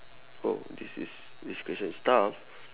oh this is this question is tough